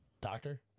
Doctor